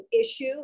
issue